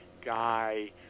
guy